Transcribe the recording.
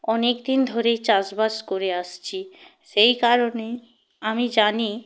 অনেক দিন ধরেই চাষবাস করে আসছি সেই কারণে আমি জানি